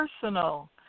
personal